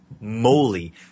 moly